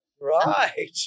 right